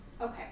Okay